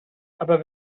aber